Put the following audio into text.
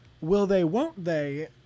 will-they-won't-they